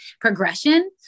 progression